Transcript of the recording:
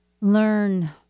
learn